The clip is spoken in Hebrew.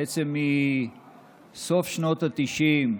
בעצם מסוף שנות התשעים,